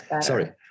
sorry